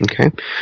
Okay